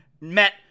met